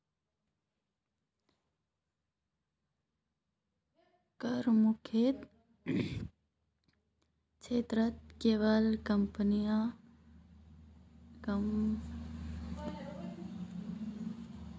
करमुक्त क्षेत्रत केवल कंपनीय नी बल्कि आम लो ग को फायदा छेक